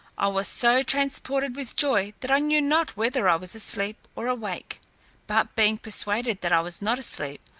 i was so transported with joy, that i knew not whether i was asleep or awake but being persuaded that i was not asleep,